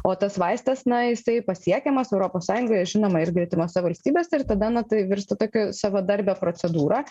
o tas vaistas na jisai pasiekiamas europos sąjungoje žinoma ir gretimose valstybėse ir tada na tai virsta tokia savadarbia procedūra